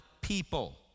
people